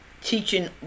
teaching